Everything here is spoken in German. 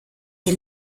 die